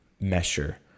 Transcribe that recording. measure